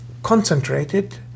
concentrated